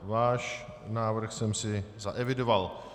Váš návrh jsem si zaevidoval.